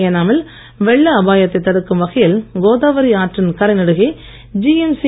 ஏனாமில் வெள்ள அபாயத்தை தடுக்கும் வகையில் கோதாவரி ஆற்றின் கரை நெடுகே ஜிஎம்சி